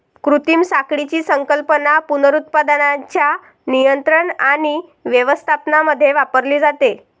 कृत्रिम साखळीची संकल्पना पुनरुत्पादनाच्या नियंत्रण आणि व्यवस्थापनामध्ये वापरली जाते